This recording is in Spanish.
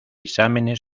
exámenes